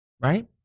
Right